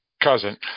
cousin